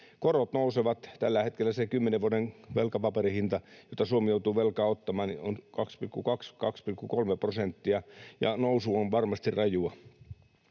Korot nousevat. Tällä hetkellä sen kymmenen vuoden velkapaperin hinta, mitä Suomi joutuu velkaa ottamaan, on 2,2—2,3 prosenttia, ja nousu on varmasti rajua.